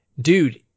dude